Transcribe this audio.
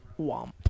womp